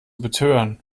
betören